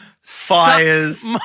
fires